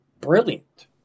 Brilliant